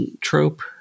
trope